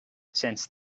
since